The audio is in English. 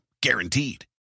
Guaranteed